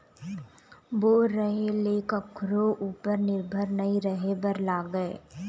bore रहें ले कखरो उपर निरभर नइ रहे बर लागय